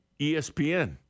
ESPN